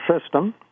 system